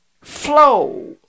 flow